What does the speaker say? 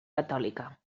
catòlica